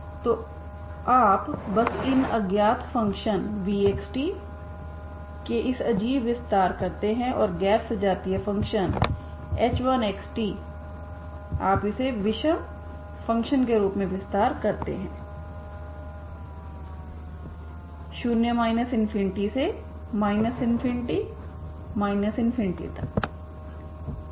तो आप बस इन अज्ञात फंक्शन vxt के इस अजीब विस्तार करते हैं और गैर सजातीय फंक्शन h1xt आप इसे विषम फंक्शन के रूप में विस्तार करते हैं 0 ∞से ∞ तक